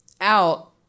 Out